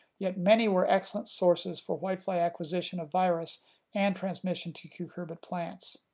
yet many were excellent sources for whitefly acquisition of virus and transmission to cucurbit plants.